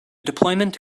deployment